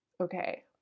Okay